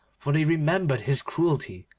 for they remembered his cruelty,